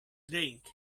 drink